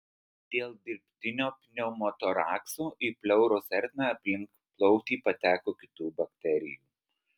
dėl dirbtinio pneumotorakso į pleuros ertmę aplink plautį pateko kitų bakterijų